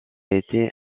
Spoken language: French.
été